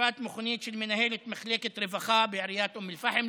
שרפת מכונית של מנהלת מחלקת הרווחה בעיריית אום אל-פחם,